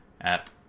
app